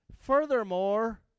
Furthermore